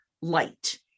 light